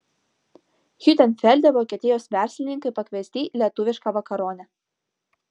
hiutenfelde vokietijos verslininkai pakviesti į lietuvišką vakaronę